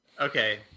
Okay